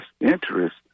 interest